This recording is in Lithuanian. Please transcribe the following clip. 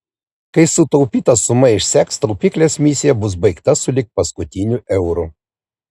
kai sutaupyta suma išseks taupyklės misija bus baigta sulig paskutiniu euru